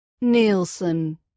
Nielsen